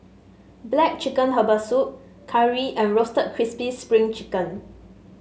black chicken Herbal Soup curry and Roasted Crispy Spring Chicken